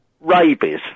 Rabies